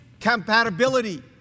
compatibility